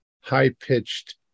high-pitched